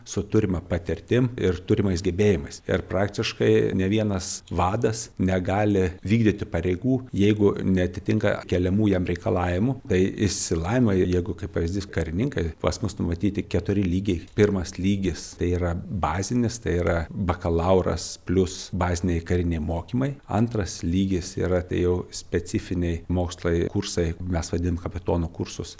su turima patirtim ir turimais gebėjimais ir praktiškai nė vienas vadas negali vykdyti pareigų jeigu neatitinka keliamų jam reikalavimų tai išsilavinimo jeigu kaip pavyzdys karininkai pas mus numatyti keturi lygiai pirmas lygis tai yra bazinis tai yra bakalauras plius baziniai kariniai mokymai antras lygis yra tai jau specifiniai mokslai kursai mes vadinam kapitono kursus